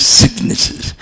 sicknesses